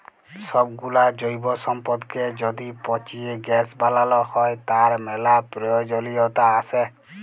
সবগুলা জৈব সম্পদকে য্যদি পচিয়ে গ্যাস বানাল হ্য়, তার ম্যালা প্রয়জলিয়তা আসে